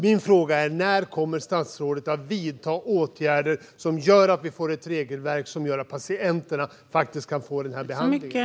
Min fråga är: När kommer statsrådet att vidta åtgärder så att vi får ett regelverk som gör att patienterna faktiskt kan få den här behandlingen?